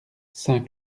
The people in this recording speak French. saint